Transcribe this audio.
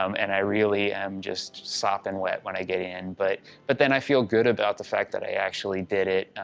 um and i really am just slop and wet when i get in, but but then i feel good about the fact that i actually did it.